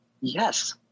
Yes